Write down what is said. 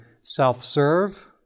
self-serve